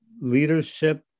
leadership